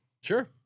Sure